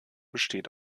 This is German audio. besteht